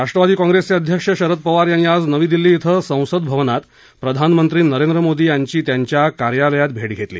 राष्ट्रवादी काँप्रेसचे अध्यक्ष शरद पवार यांनी आज नवी दिल्ली धिं संसद भवनात प्रधानमंत्री नरेंद्र मोदी यांची त्यांच्या कार्यालयात भेट घेतली